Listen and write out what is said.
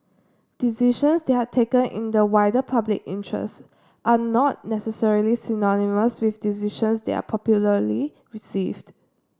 decisions that are taken in the wider public interest are not necessarily synonymous with decisions that are popularly received